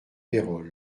pérols